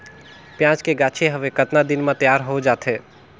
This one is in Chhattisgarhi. पियाज के गाछी हवे कतना दिन म तैयार हों जा थे?